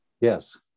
Yes